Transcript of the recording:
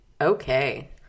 Okay